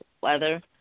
weather